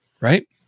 right